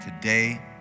Today